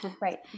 right